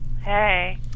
Hey